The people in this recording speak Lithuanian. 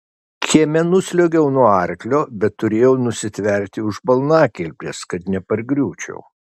kieme nusliuogiau nuo arklio bet turėjau nusitverti už balnakilpės kad nepargriūčiau